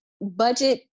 budget